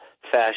fashion